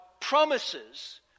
promises